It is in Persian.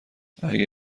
اگه